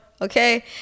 okay